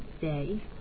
day